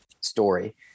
Story